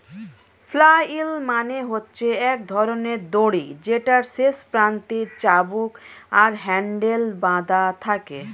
flail মানে হচ্ছে এক ধরণের দড়ি যেটার শেষ প্রান্তে চাবুক আর হ্যান্ডেল বাধা থাকে